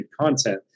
content